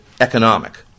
economic